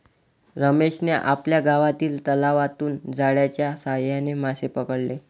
रमेशने आपल्या गावातील तलावातून जाळ्याच्या साहाय्याने मासे पकडले